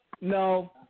no